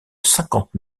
cinquante